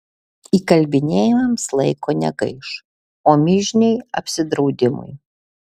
įkalbinėjimams laiko negaiš o mižniai apsidraudimui